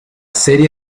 serie